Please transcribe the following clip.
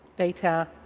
data